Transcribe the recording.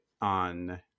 on